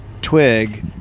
Twig